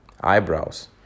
eyebrows